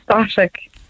ecstatic